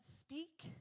speak